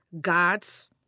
gods